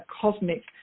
cosmic